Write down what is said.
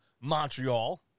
Montreal